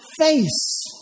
face